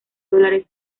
dólares